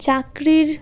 চাকরির